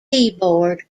keyboard